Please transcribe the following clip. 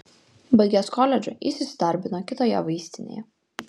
baigęs koledžą jis įsidarbino kitoje vaistinėje